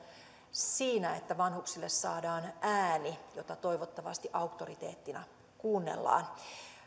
siinä että vanhuksille saadaan ääni jota toivottavasti auktoriteettina kuunnellaan